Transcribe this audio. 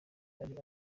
ari